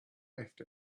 left